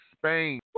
Spain